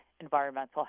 environmental